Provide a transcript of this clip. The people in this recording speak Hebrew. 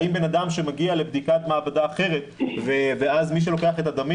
האם בן אדם שמגיע לבדיקת מעבדה אחרת ואז מי שלוקח את הדמים